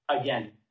again